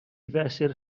fesur